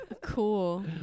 Cool